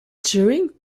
during